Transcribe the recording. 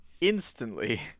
instantly